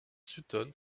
sutton